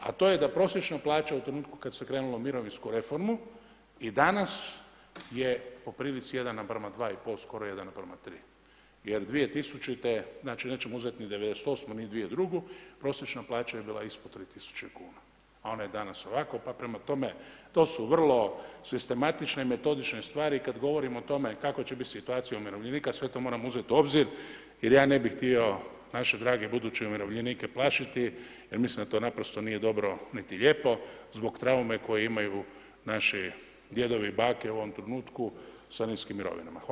A to je da prosječna plaća u trenutku kad se krenulo u mirovinsku reformu, i danas je po prilici 1 naprema 2, skoro 1 naprema 3, jer 2000., znači nećemo uzeti ni '98. ni 2002. prosječna plaća je bila ispod 3 000 kuna a ona je danas ovako, pa prema tome to su vrlo sistematične, metodične stvari i kad govorimo o tome kakva će biti situacija umirovljenika, sve to moramo uzeti u obzir jer ja ne bi htio naše drage buduće umirovljenike plašiti jer mislim da to naprosto nije dobro niti lijepo zbog traume koje imaju naši djedovi i bake u ovom trenutku sa niskim mirovinama.